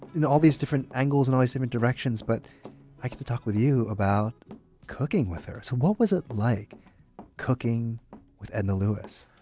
all these different angles and all these different directions, but i can talk with you about cooking with her. what was it like cooking with edna lewis?